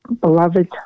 beloved